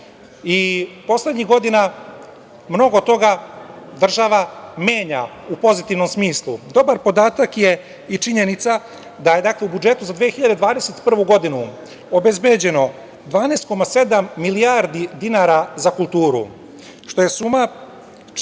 život. Poslednjih godina mnogo toga država menja u pozitivnom smislu. Dobar podatak je i činjenica da je u budžetu za 2021. godinu obezbeđeno 12,7 milijardi dinara za kulturu, što je suma čak